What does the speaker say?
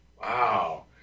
Wow